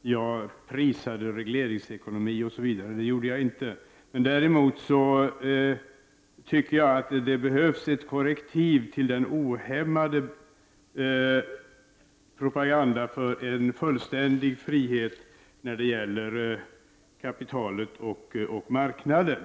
skulle ha prisat regleringsekonomi osv. Det gjorde jag inte, men däremot tycker jag att det behövs ett korrektiv till den ohämmade propaganda för en fullständig frihet när det gäller kapitalet och marknaden.